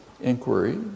inquiry